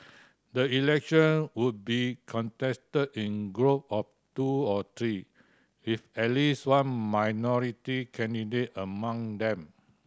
the election would be contested in group of two or three with at least one minority candidate among them